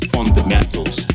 Fundamentals